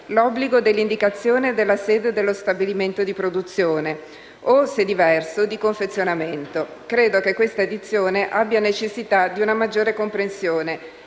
l'obbligo dell'indicazione della sede dello stabilimento di produzione o, se diverso, di confezionamento. Credo che questa dizione abbia necessità di una maggiore comprensione,